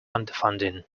underfunding